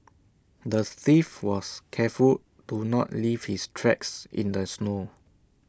the thief was careful to not leave his tracks in the snow